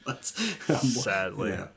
sadly